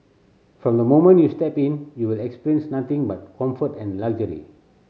from the moment you step in you will experience nothing but comfort and luxury